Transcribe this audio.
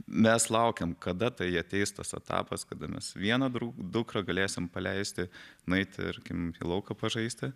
mes laukiam kada tai ateis tas etapas kada mes vieną dukrą galėsim paleisti nueiti tarkim į lauką pažaisti